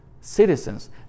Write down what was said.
citizens